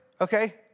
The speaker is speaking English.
Okay